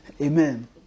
Amen